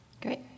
Great